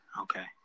Okay